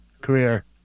career